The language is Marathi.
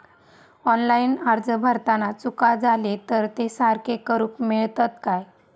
ऑनलाइन अर्ज भरताना चुका जाले तर ते सारके करुक मेळतत काय?